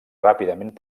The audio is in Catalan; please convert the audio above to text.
ràpidament